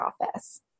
office